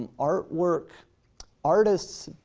um artwork artists